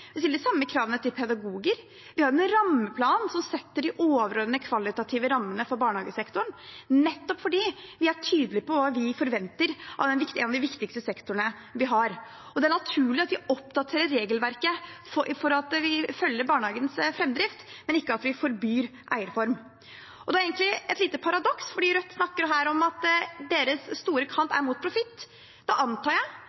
vi stiller de samme kravene til pedagoger, og vi har en rammeplan som setter de overordnede kvalitative rammene for barnehagesektoren – nettopp fordi vi er tydelige på hva vi forventer av en av de viktigste sektorene vi har. Det er naturlig at vi oppdaterer regelverket for å følge barnehagens framdrift, men ikke at vi forbyr eierform. Det er egentlig et lite paradoks her, for Rødt snakker om at deres store kamp er mot profitt. Da antar jeg